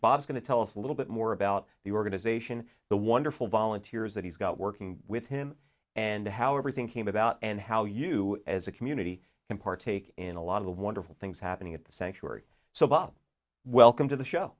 to tell us a little bit more about the organization the wonderful volunteers that he's got working with him and how everything came about and how you as a community and partake in a lot of the wonderful things happening at the sanctuary so bob welcome to the show